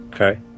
Okay